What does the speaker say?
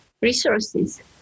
resources